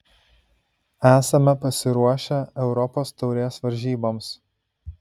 esame pasiruošę europos taurės varžyboms